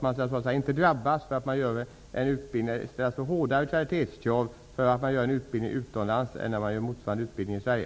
Man skall alltså inte drabbas av att det ställs hårdare kvalitetskrav för en utbildning utomlands än för motsvarande utbildning i Sverige.